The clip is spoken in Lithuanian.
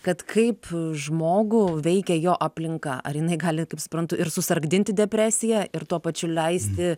kad kaip žmogų veikia jo aplinka ar jinai gali kaip suprantu ir susargdinti depresija ir tuo pačiu leisti